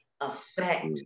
affect